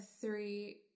three